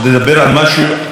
ובשבילי הוא נושא פרטי.